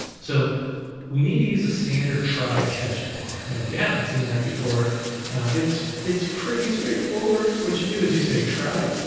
so we need to use a standard try catch block. now if you haven't seen that before it's, it's pretty straightforward. what you do is you say try,